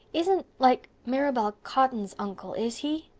isn't like mirabel cotton's uncle, is he?